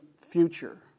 future